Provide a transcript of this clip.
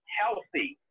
healthy